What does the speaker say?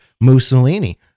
Mussolini